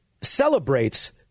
celebrates